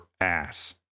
ass